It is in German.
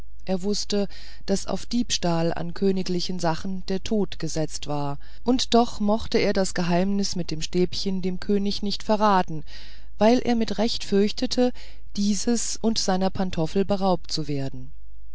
er wußte daß auf diebstahl an königlichen sachen der tod gesetzt war und doch mochte er das geheimnis mit dem stäbchen dem könig nicht verraten weil er mit recht fürchtete dieses und seiner pantoffel beraubt zu werden